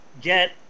get